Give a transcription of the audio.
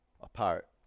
apart